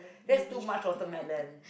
that too much watermelon